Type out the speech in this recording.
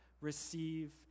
receive